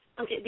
Okay